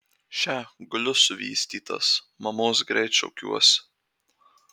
še guliu suvystytas mamos greit šauksiuosi